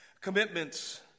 Commitments